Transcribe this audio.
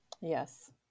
yes